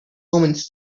omens